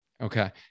Okay